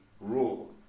rule